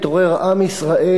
התעורר עם ישראל,